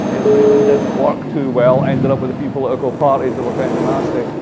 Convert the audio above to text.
it really didn't work too well ended up with a few political parties that were kind of nasty.